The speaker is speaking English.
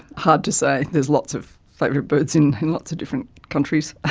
hard to say, there's lots of favourite birds in lots of different countries.